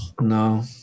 No